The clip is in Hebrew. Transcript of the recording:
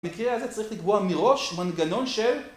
במקרה הזה צריך לקבוע מראש מנגנון של